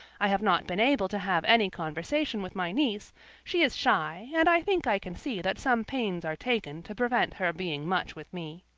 i have not been able to have any conversation with my niece she is shy, and i think i can see that some pains are taken to prevent her being much with me.